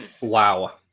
wow